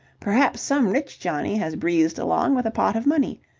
perhaps some rich johnnie has breezed along with a pot of money.